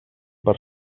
per